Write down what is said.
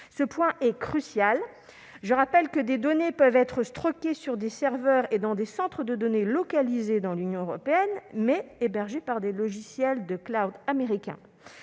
Ce point est crucial. Je rappelle que des données peuvent être stockées sur des serveurs et dans des centres de données localisées dans l'Union européenne, mais hébergées par des logiciels de américains.